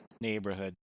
Neighborhood